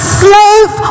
slave